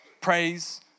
praise